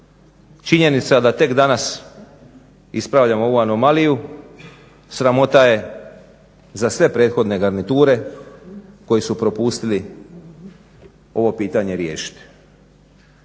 Činjenica da tek danas ispravljamo ovu anomaliju sramota je za sve prethodne garniture koji su propustili ovo pitanje riješiti.